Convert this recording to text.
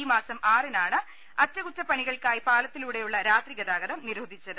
ഈമാസം ആറിനാണ് അറ്റകുറ്റപ്പണികൾക്കായി പാലത്തിലൂടെയുള്ള രാത്രിഗതാഗതം നിരോധിച്ചത്